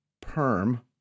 Perm